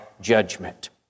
judgment